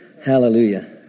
Hallelujah